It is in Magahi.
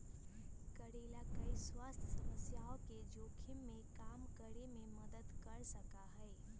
करेला कई स्वास्थ्य समस्याओं के जोखिम के कम करे में मदद कर सका हई